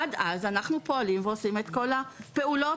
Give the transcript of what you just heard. עד אז אנחנו פועלים ועושים את כל הפעולות